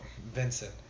Vincent